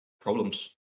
problems